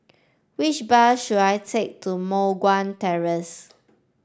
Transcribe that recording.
which bus should I take to Moh Guan Terrace